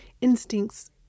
instincts